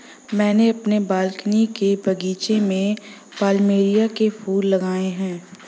मैंने अपने बालकनी के बगीचे में प्लमेरिया के फूल लगाए हैं